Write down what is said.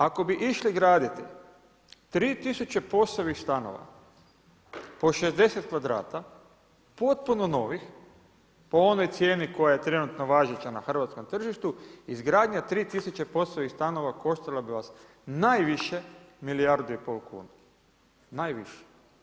Ako bi išli graditi 3000 … stanova, po 60 kvadrata, potpuno novih, po ovoj cijeni koja je trenutna važeća na hrvatskom tržištu, izgradnja 3000 poslovnih stanova koštala bi vas najviše milijardu i pol kuna, najviše.